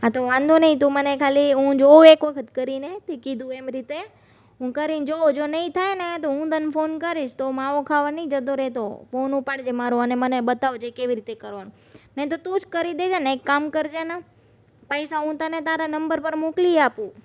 હા તો વાંધો નહીં તું મને ખાલી હું જોઉં એક વખત કરીને તે કીધું એમ રીતે હું કરીને જોઉં જો નહીં થાય ને તો હું તને ફોન કરીશ તો માવો ખાવા નહીં જતો રહેતો ફોન ઉપાડજે મારો અને મને બતાવજે કેવી રીતે કરવાનું નહીં તો તું જ કરી દેજે ને એક કામ કરજે ને પૈસા હું તને તારા નંબર પર મોકલી આપું